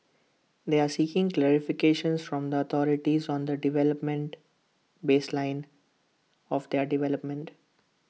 they are seeking clarifications from the authorities on the development baseline of their development